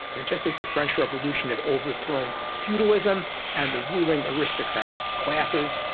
and just as the french revolution had overthrown feudalism and the ruling aristocratic classes,